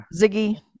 Ziggy